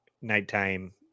nighttime